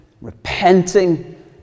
repenting